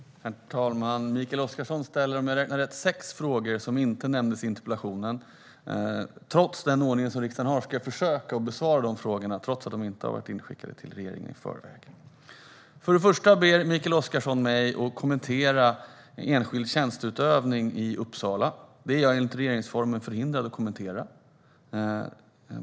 Herr talman! Mikael Oscarsson ställer, om jag räknar rätt, sex frågor som inte nämndes i interpellationen. Jag ska försöka besvara dem, trots den ordning som riksdagen har, alltså även om de inte har varit inskickade till regeringen i förväg. Till att börja med ber Mikael Oscarsson mig att kommentera en enskild tjänsteutövning i Uppsala. Det är jag enligt regeringsformen förhindrad att göra.